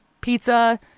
pizza